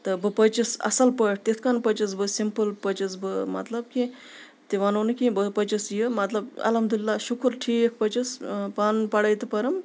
تہٕ بہٕ پٔچِس اَصٕل پٲٹھۍ تِتھ کٔنۍ پٔچِس بہٕ سِمپٕل پٔچِس بہٕ مطلب کہِ تہِ وَنو نہٕ کیٚنٛہہ بہٕ پٔچِس یہِ مطلب الحمدللہ شُکُر ٹھیٖک پٔچِس پَنٕنۍ پَڑٲے تہِ پٔرٕم